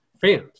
fans